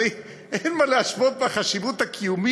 הרי אין מה להשוות את החשיבות הקיומית